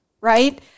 right